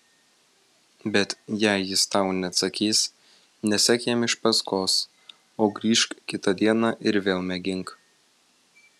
bet jei jis tau neatsakys nesek jam iš paskos o grįžk kitą dieną ir vėl mėgink